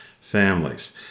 families